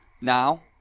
Now